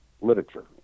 literature